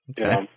Okay